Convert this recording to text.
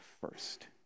first